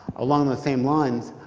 along those same lines,